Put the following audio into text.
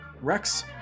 rex